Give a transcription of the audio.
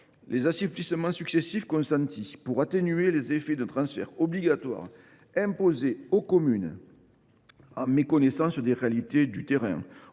les assouplissements successifs consentis pour atténuer les effets d’un transfert obligatoire imposé aux communes, en méconnaissance des réalités du terrain,